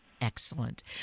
Excellent